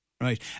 right